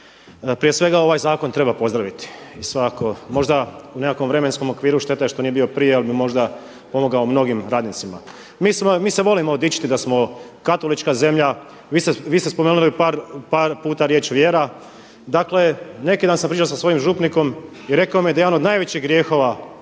Prije svega ovaj zakon treba pozdraviti, svakako, možda u nekom vremenskom okviru šteta što nije bio prije jer bi možda pomogao mnogim radnicima. Mi se volimo dičiti da smo katolička zemlja. Vi ste spomenuli par puta riječ vjera. Dakle, neki dan sam pričao sa svojim župnikom i rekao mi je da je jedan od najvećih grijehova